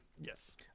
yes